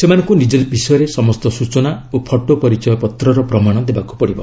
ସେମାନଙ୍କୁ ନିଜ ବିଷୟରେ ସମସ୍ତ ସୂଚନା ଓ ଫଟୋ ପରିଚୟପତ୍ରର ପ୍ରମାଣ ଦେବାକୁ ହେବ